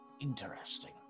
interesting